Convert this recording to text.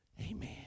Amen